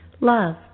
love